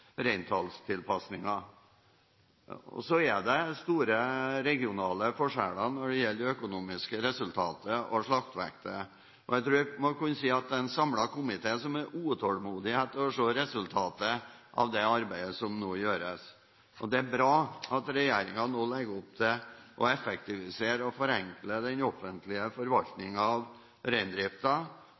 Det er store regionale forskjeller når det gjelder det økonomiske resultatet og slaktevekten. Jeg tror vi må kunne si at det er en samlet komité som er utålmodig etter å se resultatet av det arbeidet som nå gjøres. Det er bra at regjeringen nå legger opp til å effektivisere og forenkle den offentlige forvaltningen av